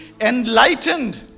enlightened